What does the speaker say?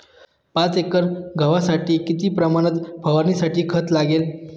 पाच एकर गव्हासाठी किती प्रमाणात फवारणीसाठी खत लागेल?